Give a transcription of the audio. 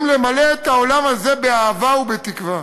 למלא את העולם הזה באהבה ובתקווה.